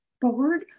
board